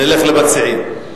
נלך למציעים.